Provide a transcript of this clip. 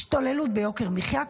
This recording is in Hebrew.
השתוללות ביוקר מחיה,